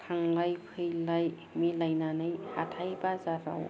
थांलाय फैलाय मिलायनानै हाथाय बाजार आव